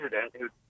president